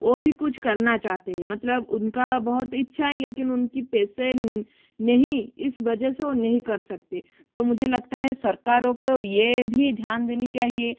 वो भी कुछ करना चाहते है मतलब उनका बहुत इच्छा है लेकिन उनकी पैसे नहीं इस वजह से वो नहीं कर सकते तो मुझे लगता है सरकारों को ये भी ध्यान देनी चाहिए